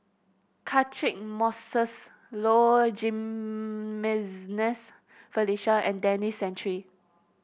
Catchick Moses Low Jimenez Felicia and Denis Santry